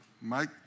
Mike